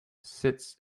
sits